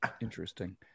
interesting